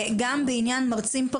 גם בעניין מרצים,